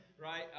right